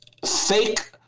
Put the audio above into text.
Fake